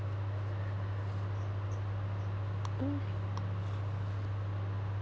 mm